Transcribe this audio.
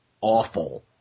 awful